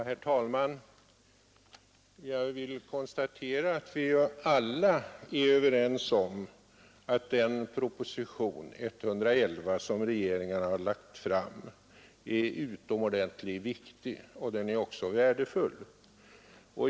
Herr talman! Jag vill konstatera att vi alla är överens om att den proposition, nr 111, som regeringen har lagt fram är utomordentligt viktig. Den är också värdefull.